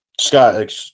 Scott